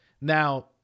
now